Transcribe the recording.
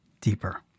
deeper